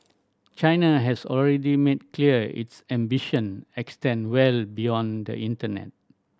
china has already made clear its ambition extend well beyond the internet